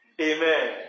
Amen